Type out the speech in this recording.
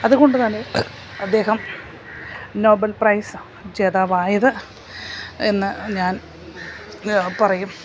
അതുകൊണ്ടുതന്നെ അദ്ദേഹം Nobel prize ജേതാവായത് എന്ന് ഞാൻ പറയും